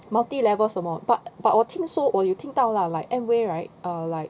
multi-level 什么 but 我听说我有听到 lah Amway right err like